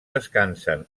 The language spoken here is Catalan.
descansen